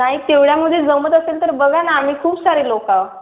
नाही तेवढ्यामध्ये जमत असेल तर बघा ना आम्ही खूप सारे लोकं आहो